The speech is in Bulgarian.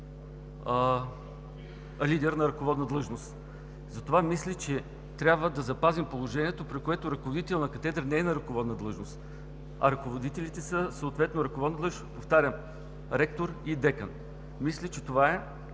лидер на ръководна длъжност. Затова мисля, че трябва да запазим положението, при което ръководителят на катедра не е на ръководна длъжност, а ръководителите с ръководна длъжност, повтарям, са ректор и декан. Мисля, че това е